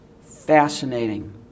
Fascinating